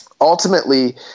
ultimately